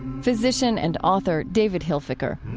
physician and author david hilfiker